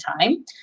time